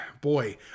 boy